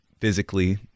physically